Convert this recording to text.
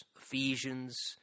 Ephesians